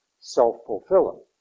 self-fulfilling